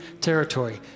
territory